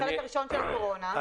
בחלק הראשון של הקורונה,